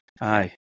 Aye